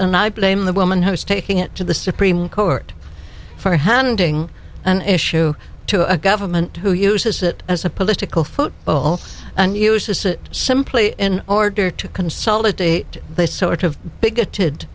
and i blame the woman who's taking it to the supreme court for handing an issue to a government who uses it as a political football and uses it simply in order to consolidate they sort of bigoted